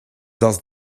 does